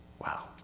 Wow